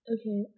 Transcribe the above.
Okay